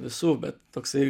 visų bet toksai